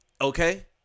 okay